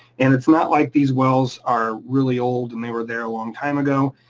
and it's not like these wells are really old and they were there a long time ago,